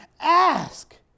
Ask